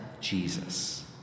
Jesus